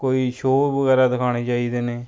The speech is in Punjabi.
ਕੋਈ ਸ਼ੋਅ ਵਗੈਰਾ ਦਿਖਾਉਣੇ ਚਾਹੀਦੇ ਨੇ